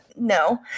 no